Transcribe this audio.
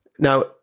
Now